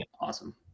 awesome